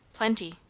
plenty.